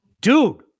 dude